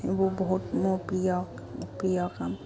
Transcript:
এইবোৰ বহুত মোৰ প্ৰিয় প্ৰিয় কাম